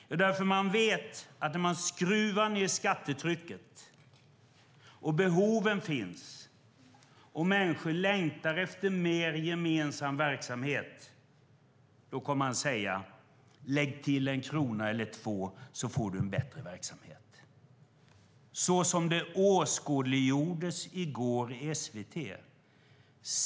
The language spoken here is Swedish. Jo, därför att man vet att när man skruvar ned skattetrycket men behoven finns och människor längtar efter mer gemensam verksamhet, då kommer man att säga: Lägg till en krona eller två, så får du en bättre verksamhet. Det åskådliggjordes i går i SVT.